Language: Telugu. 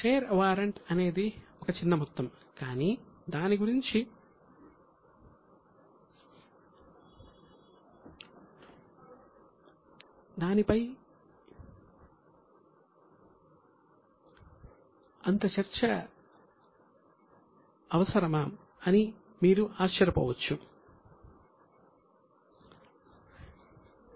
షేర్ వారెంట్ అనేది ఒక చిన్న మొత్తం కానీ దానిపై ఎందుకు అంత చర్చ అని మీరు ఆశ్చర్యపోవచ్చు